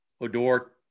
Odor